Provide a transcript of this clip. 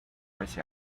fuese